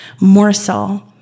morsel